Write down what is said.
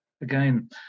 again